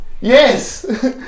Yes